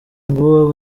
ngo